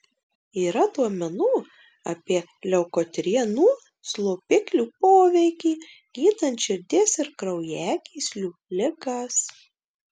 yra duomenų apie leukotrienų slopiklių poveikį gydant širdies ir kraujagyslių ligas